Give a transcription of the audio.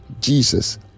Jesus